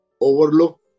overlook